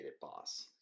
boss